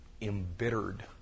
embittered